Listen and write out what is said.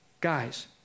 guys